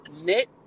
knit